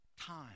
time